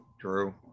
true